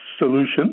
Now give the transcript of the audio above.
solution